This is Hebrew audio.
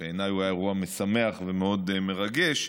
שבעיניי הוא היה אירוע משמח ומאוד מרגש,